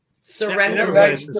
Surrender